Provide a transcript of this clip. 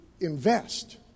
invest